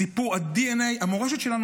המורשת שלנו,